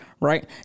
right